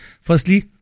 Firstly